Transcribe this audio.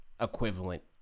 equivalent